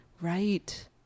right